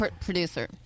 producer